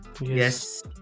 Yes